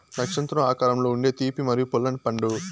నక్షత్రం ఆకారంలో ఉండే తీపి మరియు పుల్లని పండు